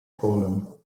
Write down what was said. told